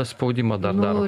spaudimą dar daro